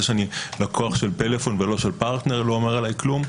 וזה שאני לקוח של פלאפון ולא של פרטנר לא אומר עליי כלום.